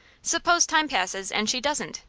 suppose time passes, and she doesn't?